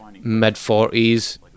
mid-40s